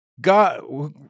God